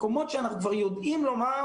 מקומות שאנחנו כבר יודעים לומר: